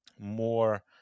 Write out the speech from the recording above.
more